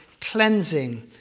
cleansing